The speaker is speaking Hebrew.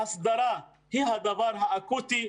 ההסדרה היא הדבר האקוטי,